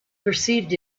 perceived